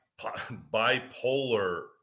bipolar